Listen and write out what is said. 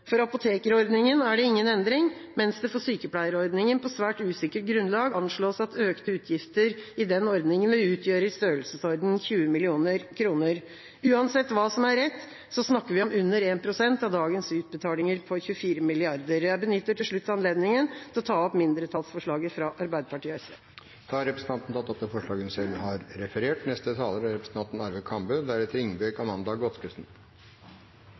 For apotekerordninga er det ingen endring, mens det for sykepleierordninga på svært usikkert grunnlag anslås at økte utgifter vil utgjøre 20 mill. kr. Uansett hva som er rett, snakker vi om under 1 pst. av dagens utbetalinger på 24 mrd. kr. Jeg benytter til slutt anledninga til å ta opp mindretallsforslaget fra Arbeiderpartiet og SV. Da har representanten Lise Christoffersen tatt opp det forslaget hun refererte til. Det er en ganske bred tilslutning til regjeringens forslag om å endre opptjeningsgraden. I dag er